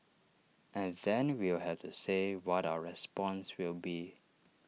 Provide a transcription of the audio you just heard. and then we'll have to say what our response will be